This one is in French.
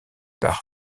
par